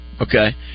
Okay